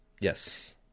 Yes